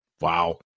Wow